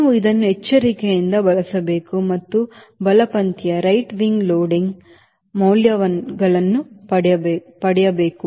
ನೀವು ಅದನ್ನು ಎಚ್ಚರಿಕೆಯಿಂದ ಬಳಸಬೇಕು ಮತ್ತು ಬಲಪಂಥೀಯ ಲೋಡಿಂಗ್ ಮೌಲ್ಯಗಳನ್ನು ಪಡೆಯಬೇಕು